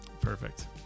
Perfect